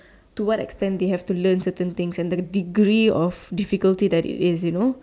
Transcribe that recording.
to what extent they have to learn certain things and the degree of difficulty that it is you know